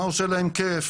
מה עושה להם כיף,